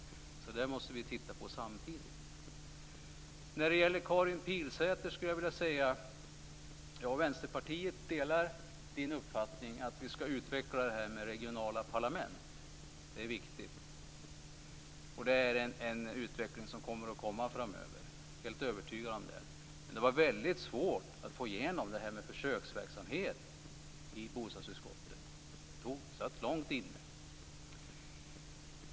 Det måste vi titta på samtidigt. Vänsterpartiet delar Karin Pilsäters uppfattning att vi skall utveckla regionala parlament. Det är viktigt. Det är en utveckling som kommer framöver. Jag är helt övertygad om det. Men det var väldigt svårt i bostadsutskottet att få igenom försöksverksamheten. Det satt långt inne.